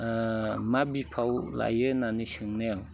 मा बिफाव लायो होननानै सोंनायाव